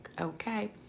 Okay